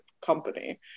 company